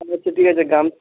আচ্ছা ঠিকই আছে গাম